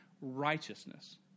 righteousness